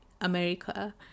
america